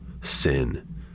sin